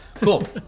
Cool